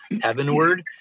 heavenward